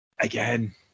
Again